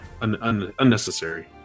unnecessary